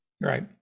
Right